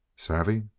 savvy?